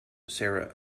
sarah